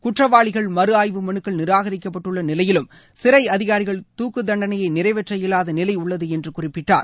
குற்றவாளிகள் மறுஆய்வு மனுக்கள் நிராகரிக்கப்பட்டுள்ள நிலையிலும் சிறை அதிகாரிகள் தூக்கு தண்டனையை நிறைவேற்ற இயலாத நிலை உள்ளது என்று குறிப்பிட்டார்